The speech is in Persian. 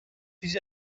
پیش